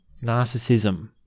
narcissism